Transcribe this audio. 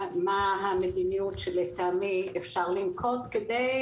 ומה המדיניות שלטעמי אפשר לנקוט כדי